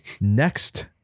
next